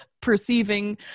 perceiving